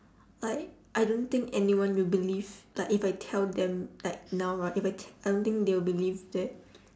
like I don't think anyone will believe like if I tell them like now right if I t~ I don't think they will believe that